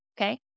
okay